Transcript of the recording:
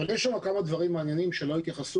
יש בסקר כמה דברים מעניינים שלא התייחסו